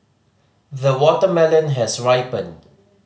the watermelon has ripened